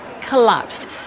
collapsed